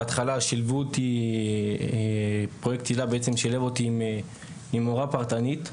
בהתחלה שילבו אותי פרויקט הילה בעצם שילב אותי עם מורה פרטנית.